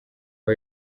aho